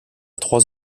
trois